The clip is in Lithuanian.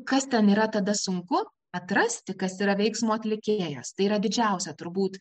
kas ten yra tada sunku atrasti kas yra veiksmo atlikėjas tai yra didžiausia turbūt